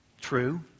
True